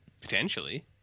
Potentially